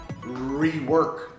rework